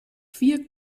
vier